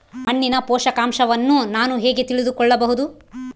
ಮಣ್ಣಿನ ಪೋಷಕಾಂಶವನ್ನು ನಾನು ಹೇಗೆ ತಿಳಿದುಕೊಳ್ಳಬಹುದು?